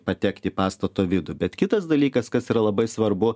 patekt į pastato vidų bet kitas dalykas kas yra labai svarbu